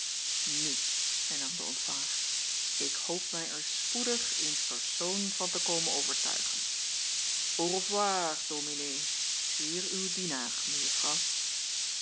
nu hernam de ontvanger ik hoop er mij spoedig in persoon van te komen overtuigen au revoir dominee zeer uw dienaar